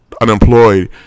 unemployed